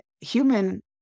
human